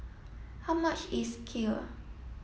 how much is Kheer